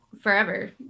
forever